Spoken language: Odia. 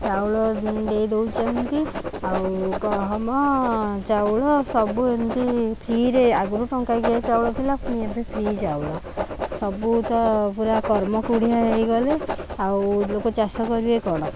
ଚାଉଳ ଦେଇ ଦଉଛନ୍ତି ଆଉ ଗହମ ଚାଉଳ ସବୁ ଏମିତି ଫ୍ରିରେ ଆଗରୁ ଟଙ୍କାକିଆ ଚାଉଳ ଥିଲା ଫୁଣି ଏବେ ଫ୍ରି ଚାଉଳ ସବୁ ତ ପୁରା କର୍ମ କୋଢ଼ିଆ ହେଇଗଲେ ଆଉ ଲୋକ ଚାଷ କରିବେ କ'ଣ